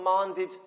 commanded